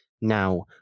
now